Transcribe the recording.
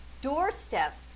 doorstep